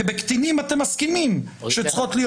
כי בקטינים אתם מסכימים שצריכות להיות